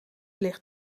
ligt